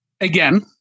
again